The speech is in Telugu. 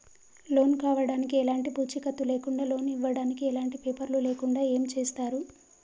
లోన్ కావడానికి ఎలాంటి పూచీకత్తు లేకుండా లోన్ ఇవ్వడానికి ఎలాంటి పేపర్లు లేకుండా ఏం చేస్తారు?